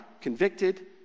convicted